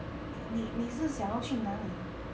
你你你是想要去哪里